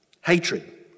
Hatred